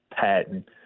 patent